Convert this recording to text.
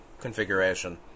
configuration